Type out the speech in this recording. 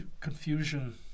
confusion